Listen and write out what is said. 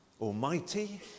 Almighty